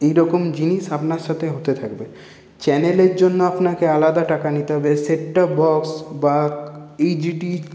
এই রকম জিনিস আপনার সাথে হতে থাকবে চ্যানেলের জন্য আপনাকে আলাদা টাকা নিতে হবে সেট টপ বক্স বা এইচডি